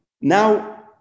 Now